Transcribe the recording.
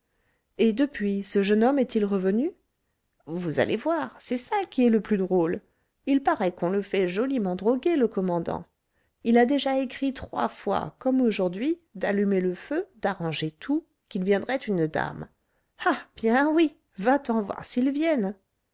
et depuis ce jeune homme est-il revenu vous allez voir c'est ça qui est le plus drôle il paraît qu'on le fait joliment droguer le commandant il a déjà écrit trois fois comme aujourd'hui d'allumer le feu d'arranger tout qu'il viendrait une dame ah bien oui va-t'en voir s'ils viennent